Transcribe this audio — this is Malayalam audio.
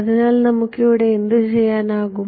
അതിനാൽ നമുക്ക് എന്തുചെയ്യാൻ കഴിയും